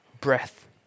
Breath